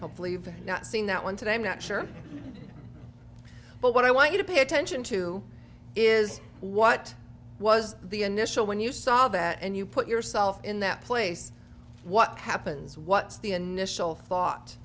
hopefully you've not seen that one today i'm not sure but what i want you to pay attention to is what was the initial when you saw that and you put yourself in that place what happens what's the